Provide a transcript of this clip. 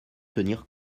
tenir